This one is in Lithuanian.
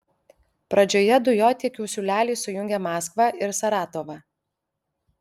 pradžioje dujotiekių siūleliai sujungia maskvą ir saratovą